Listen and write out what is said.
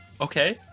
Okay